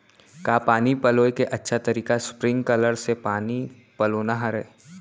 का पानी पलोय के अच्छा तरीका स्प्रिंगकलर से पानी पलोना हरय?